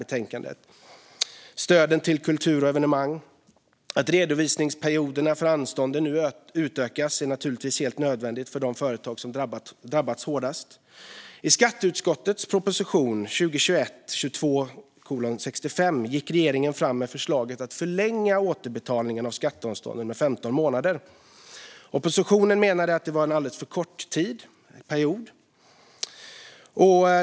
Det handlar om stöden till kultur och evenemang. Att redovisningsperioderna för anstånden nu utökas är naturligtvis helt nödvändigt för de företag som drabbats hårdast. I proposition 2021/22:65 gick regeringen fram med förslaget att förlänga återbetalningstiden för skatteanstånden med 15 månader. Oppositionen i skatteutskottet menade att det var en alldeles för kort period.